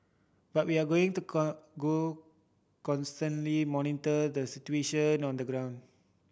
but we are going to go constantly monitor the situation on the ground